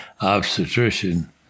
obstetrician